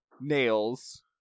nails